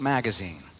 Magazine